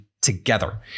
Together